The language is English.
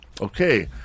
Okay